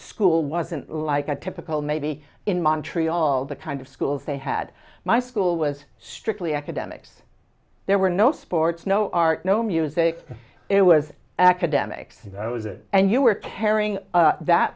school wasn't like a typical maybe in montreal the kind of schools they had my school was strictly academics there were no sports no art no music it was academics that was it and you were carrying that